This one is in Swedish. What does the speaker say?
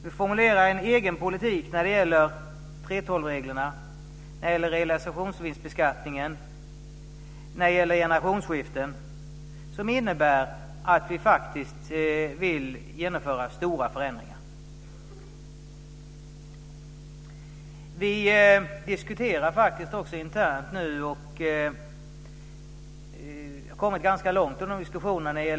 Vi formulerar en egen politik när det gäller 3:12 reglerna, realisationsvinstbeskattningen och generationsskiften som innebär att vi vill genomföra stora förändringar. Vi diskuterar nu också internt en schablonbeskattningsmetod, och vi har kommit ganska långt i de diskussionerna.